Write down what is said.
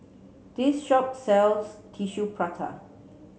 this shop sells Tissue Prata